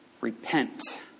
Repent